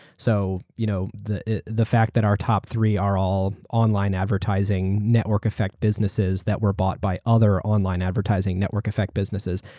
so you know the the fact that our top three are all online advertising network effect businesses that were bought by other online advertising network effect businesses,